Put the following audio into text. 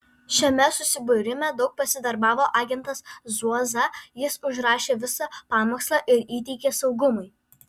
šiame susibūrime daug pasidarbavo agentas zuoza jis užrašė visą pamokslą ir įteikė saugumui